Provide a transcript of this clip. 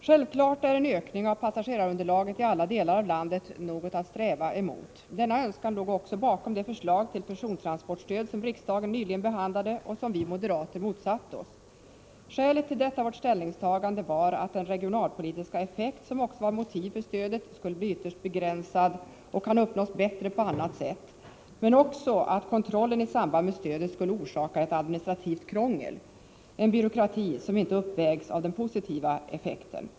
Självfallet är en ökning av passagerarunderlaget i alla delar av landet något att sträva efter. Denna önskan låg också bakom det förslag till persontransportstöd som riksdagen nyligen behandlade och som vi moderater då motsatte oss. Skälet till detta vårt ställningstagande var att den regionalpolitiska effekt som också var motiv för stödet skulle bli ytterst begränsad och kan uppnås bättre på annat sätt, men också att kontrollen i samband med stödet skulle orsaka ett administrativt krångel — en byråkrati som inte uppvägs av den positiva effekten.